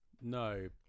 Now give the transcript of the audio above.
No